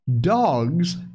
dogs